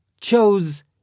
chose